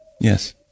Yes